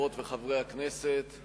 חברות וחברי הכנסת,